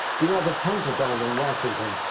you have the pentagon in washington,